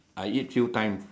I eat few times